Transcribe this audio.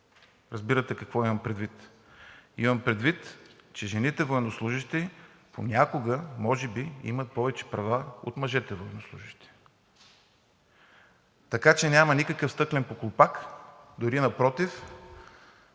Разбирате какво имам предвид? Имам предвид, че жените военнослужещи понякога може би имат повече права от мъжете военнослужещи, така че няма никакъв стъклен похлупак. Дори напротив